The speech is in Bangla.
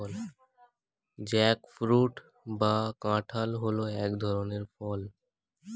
জ্যাকফ্রুট বা কাঁঠাল হল এক ধরনের ফল